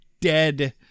dead